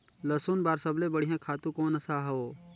लसुन बार सबले बढ़िया खातु कोन सा हो?